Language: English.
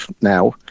now